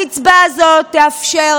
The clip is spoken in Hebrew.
הקצבה הזאת תאפשר